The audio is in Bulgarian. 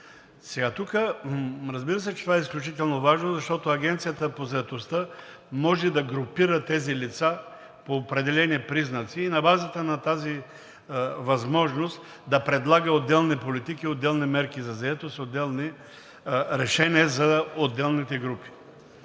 заетостта. Разбира се, че това е изключително важно, защото Агенцията по заетостта може да групира тези лица по определени признаци и на базата на тази възможност да предлага отделни политики, отделни мерки за заетост и отделни решения за отделните групи.